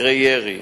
מקרי ירי: